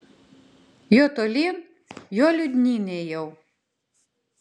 juo tolyn juo liūdnyn ėjau